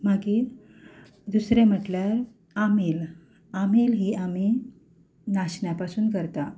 मागीर दुसरें म्हणल्यार आमील आमील ही आमी नाशण्या पासून करता